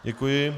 Děkuji.